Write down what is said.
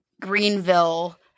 greenville